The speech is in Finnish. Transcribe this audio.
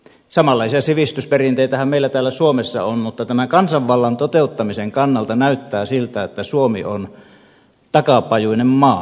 samanlaisia sivistysperinteitähän meillä täällä suomessa on mutta kansanvallan toteuttamisen kannalta näyttää siltä että suomi on takapajuinen maa